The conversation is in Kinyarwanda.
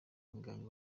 umuganga